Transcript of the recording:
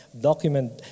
document